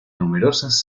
numerosas